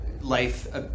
life